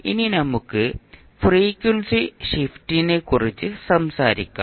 ഇനി നമുക്ക് ഫ്രീക്വൻസി ഷിഫ്റ്റിനെക്കുറിച്ച് സംസാരിക്കാം